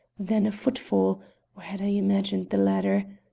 then a footfall or had i imagined the latter?